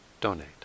donate